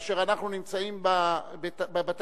כאשר אנחנו נמצאים בבתי-הספר,